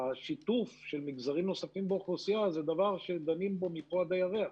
השיתוף של מגזרים נוספים באוכלוסייה זה דבר שדנים בו מפה עד הירח.